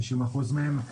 90% מהם,